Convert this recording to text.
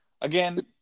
Again